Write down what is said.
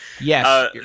Yes